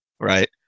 Right